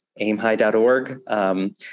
aimhigh.org